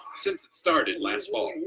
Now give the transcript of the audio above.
since it started last fall,